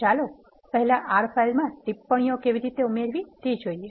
ચાલો પહેલા R ફાઇલમાં ટિપ્પણીઓ કેવી રીતે ઉમેરવી તે જોઈએ